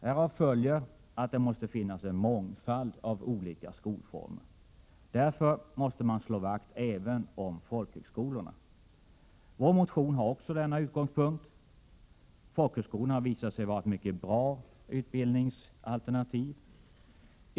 Härav följer att det måste finnas en mångfald olika skolformer. Därför måste man slå vakt även om folkhögskolorna. Vår motion har också denna utgångspunkt. Folkhögskolorna har visat sig vara ett mycket bra utbildningsalternativ.